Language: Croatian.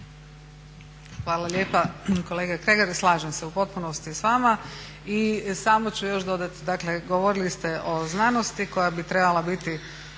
Hvala lijepa. Kolega Kregar slažem se u potpunosti s vama i samo ću još dodati, dakle govorili ste o znanosti koja bi trebala biti